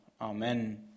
Amen